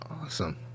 Awesome